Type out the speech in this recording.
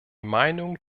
meinung